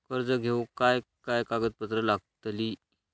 कर्ज घेऊक काय काय कागदपत्र लागतली?